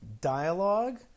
dialogue